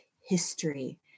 history